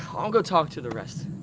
i'll go talk to the rest.